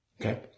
Okay